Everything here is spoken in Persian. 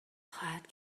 خواهد